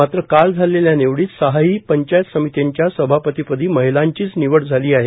मात्र काल झालेल्या निवडीत सहाही पंचायत समित्यांच्या सभापती पदी महिलांचीच निवड झाली आहे